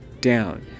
down